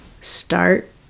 start